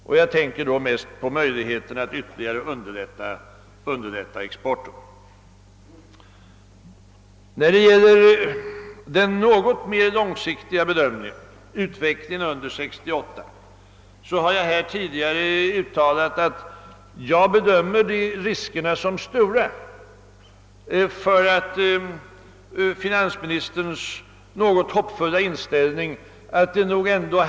När det gäller den mer långsiktiga bedömningen, i första hand utvecklingen under senare delen av 1968, vill jag framhålla att jag här tidigare har uttalat att det föreligger risker för att finansministerns hoppfulla inställning är optimistisk i överkant.